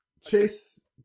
Chase